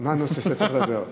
מה הנושא שאתה צריך לדבר עליו?